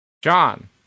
John